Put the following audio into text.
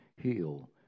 heal